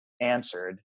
answered